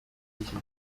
iki